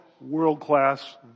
world-class